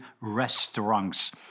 restaurants